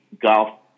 Golf